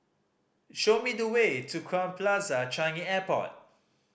show me the way to Crowne Plaza Changi Airport